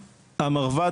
המרב"ד,